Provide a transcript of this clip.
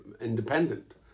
independent